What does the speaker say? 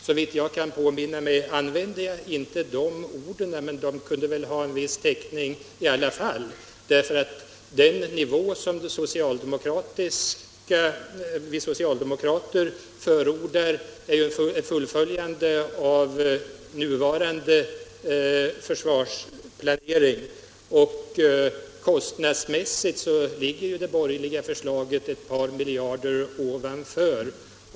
Såvitt jag kan påminna mig använde jag inte de orden, men det kan väl ändå finnas en viss täckning för dem. Den nivå för försvaret som vi socialdemokrater förordar är ju ett fullföljande av den nuvarande försvarsplaneringen, och kostnadsmässigt ligger det borgerliga förslaget ett par miljarder ovanför.